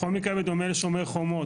בכל מקרה בדומה ל"שומר חומות",